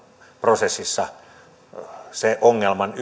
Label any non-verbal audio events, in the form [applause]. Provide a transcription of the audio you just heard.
prosessissa tavallaan se ongelman [unintelligible]